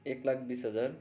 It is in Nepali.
एक लाख बिस हजार